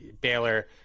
Baylor